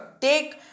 take